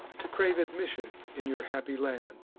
to crave admission in your happy land.